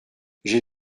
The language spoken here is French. j’ai